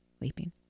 weeping